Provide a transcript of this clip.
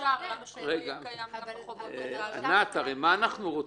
הרי מה אנחנו רוצים?